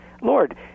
Lord